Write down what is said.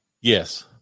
Yes